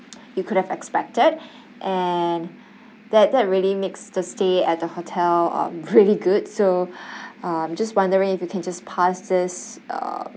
you could have expected and that that really makes the stay at the hotel um really good so um just wondering if you can just pass this uh